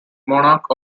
monarch